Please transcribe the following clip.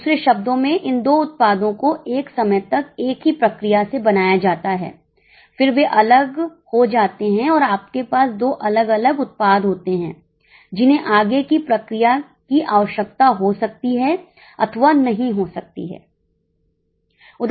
दूसरे शब्दों में इन दो उत्पादों को एक समय तक एक ही प्रक्रिया से बनाया जाता है फिर वे अलग हो जाते हैं और आपके पास दो अलग अलग उत्पाद होते हैं जिन्हें आगे की प्रक्रिया की आवश्यकता हो सकती है अथवा नहीं हो सकती है